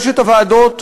יש ועדות מחוזיות,